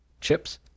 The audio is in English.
Chips